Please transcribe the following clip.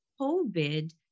COVID